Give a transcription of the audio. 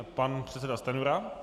Pan předseda Stanjura.